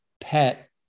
pet